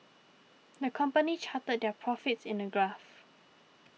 the company charted their profits in a graph